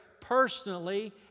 personally